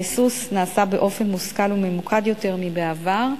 הריסוס נעשה באופן מושכל וממוקד יותר מבעבר,